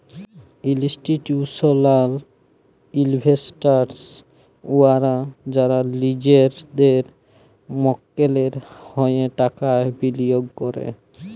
institutional investors উয়ারা যারা লিজেদের মক্কেলের হঁয়ে টাকা বিলিয়গ ক্যরে